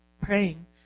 Praying